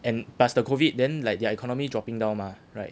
and plus the COVID then like their economy dropping down mah right